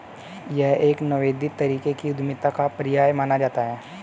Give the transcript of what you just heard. यह एक निवेदित तरीके की उद्यमिता का पर्याय माना जाता रहा है